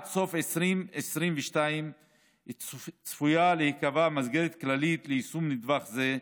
עד סוף 2022 צפויה להיקבע מסגרת כללית ליישום נדבך זה,